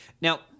Now